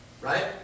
right